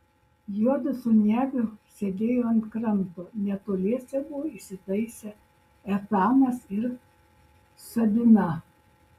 juodu su neviu sėdėjo ant kranto netoliese buvo įsitaisę etanas ir sabina